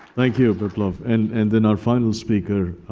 thank you, biplav. and and then our final speaker,